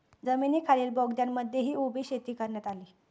जमिनीखालील बोगद्यांमध्येही उभी शेती करण्यात आली